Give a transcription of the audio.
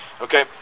okay